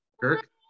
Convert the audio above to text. Kirk